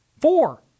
four